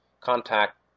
contact